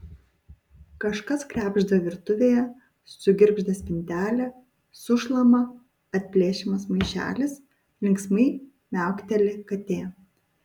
kažkas krebžda virtuvėje sugirgžda spintelė sušlama atplėšiamas maišelis linksmai miaukteli katė